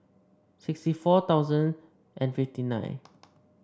sixty four thousand and fifty nine